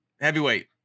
Heavyweight